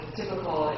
typical